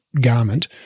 garment